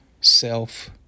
self